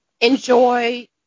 enjoy